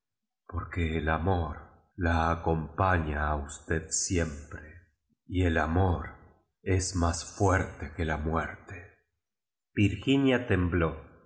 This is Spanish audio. porque el amor la acompaña a usted siempre y el amor es unís fue ríe que la muerte virginia tembló